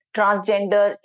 transgender